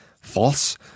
False